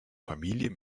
familien